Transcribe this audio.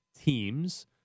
teams